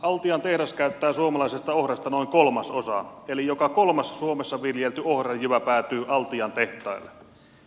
altian tehdas käyttää suomalaisesta ohrasta noin kolmasosan eli joka kolmas suomessa viljelty ohranjyvä päätyy altian tehtaille